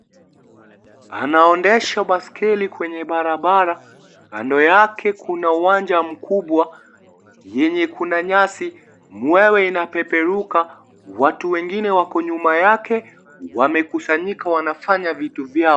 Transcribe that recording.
Anaendesha baiskeli kwenye barabara ,kando yake kuna uwanja mkubwa yenye kuna nyasi, mwewe inapeperuka, watu wengine wako nyuma yake wamekusanyika wanafanya vitu vyao.